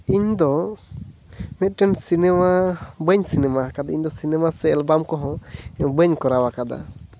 ᱤᱧᱫᱚ ᱢᱤᱫᱴᱮᱱ ᱥᱤᱱᱮᱢᱟ ᱵᱟᱹᱧ ᱥᱤᱱᱮᱢᱟ ᱟᱠᱟᱫᱟ ᱤᱧ ᱫᱚ ᱥᱤᱱᱮᱢᱟ ᱥᱮ ᱮᱞᱵᱟᱢ ᱠᱚᱦᱚᱸ ᱵᱟᱹᱧ ᱠᱚᱨᱟᱣ ᱟᱠᱟᱫᱟ